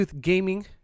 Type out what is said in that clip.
Gaming